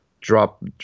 drop